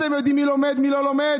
אתם יודעים מי לומד ומי לא לומד?